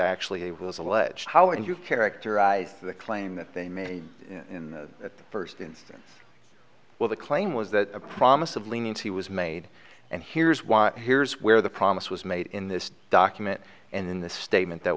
actually was alleged how would you characterize the claim that they made in that first instance well the claim was that a promise of leniency was made and here's why here's where the promise was made in this document and in this statement that